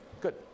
good